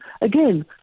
Again